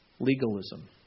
Legalism